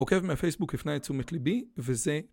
עוקב מהפייסבוק הפנה את תשומת ליבי, וזה...